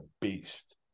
beast